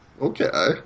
Okay